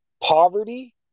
poverty